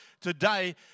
today